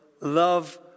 love